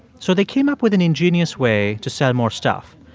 so they came up with an ingenious way to sell more stuff.